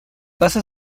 pasa